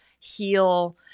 Heal